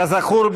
כזכור,